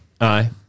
aye